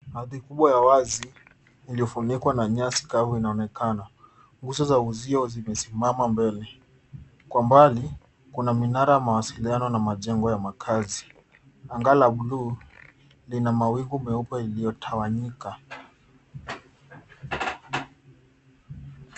Ardhi kubwa ya wazi iliyofunikwa na nyasi kavu inaonekana. Nguzo za uzio zimesimama mbele. Kwa mbali kuna minara ya mawasiliano na majengo ya makaazi. Anga la buluu lina mawingu meupe iliyotawanyika.